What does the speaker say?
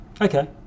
Okay